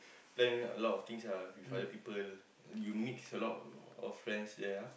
plan a lot of things ah with other people you mix a lot of friend there ah